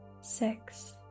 six